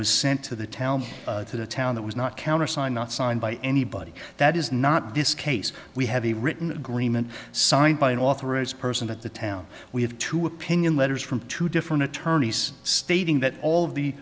was sent to the town to the town that was not countersigned not signed by anybody that is not this case we have a written agreement signed by an authorized person at the town we have to opinion letters from two different attorneys stating that all